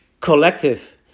collective